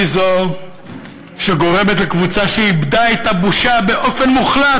היא זו שגורמת לקבוצה שאיבדה את הבושה באופן מוחלט,